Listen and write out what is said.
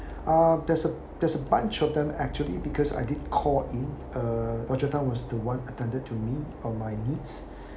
ah there's a there's a bunch of them actually because I did call in uh roger tan was the one attended to me on my needs